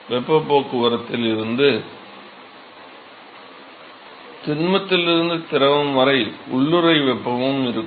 வெப்பப் போக்குவரத்தில் இருந்து திண்மத்திலிருந்து திரவம் வரை உள்ளூறை வெப்பமும் இருக்கும்